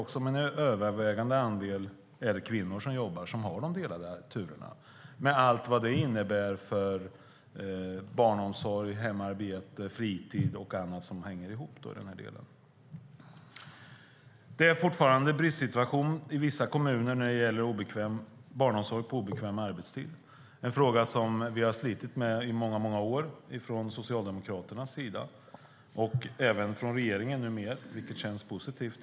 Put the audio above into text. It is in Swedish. Men det är en övervägande andel kvinnor som jobbar där och som har de delade turerna med allt vad det innebär för barnomsorg, hemarbete, fritid och annat som hänger ihop. Det är fortfarande en bristsituation i vissa kommuner när det gäller barnomsorg på obekväm arbetstid. Det är en fråga som vi från Socialdemokraterna har slitit med i många år. Numera gör man även det från regeringen, vilket känns positivt.